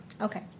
okay